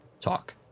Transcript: talk